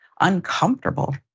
uncomfortable